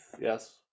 Yes